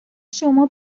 شما